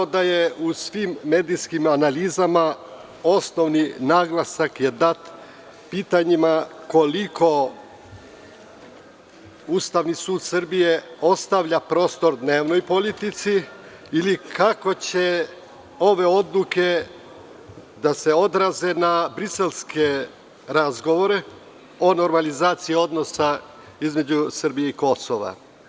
U svim medijskim analizama osnovni naglasak je dat pitanjima - koliko Ustavni sud Srbije ostavlja prostora dnevnoj politici ili kako će ove odluke da se odraze na briselske razgovore o normalizaciji odnosa između Srbije i Kosova.